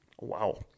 Wow